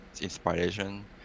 inspiration